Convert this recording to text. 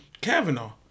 Kavanaugh